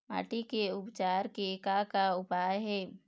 माटी के उपचार के का का उपाय हे?